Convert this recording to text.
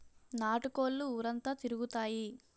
నాటు కోళ్లు ఊరంతా తిరుగుతాయి